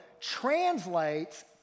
translates